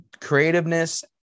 creativeness